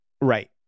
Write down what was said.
Right